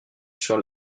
sur